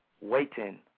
waiting